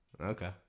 Okay